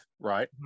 right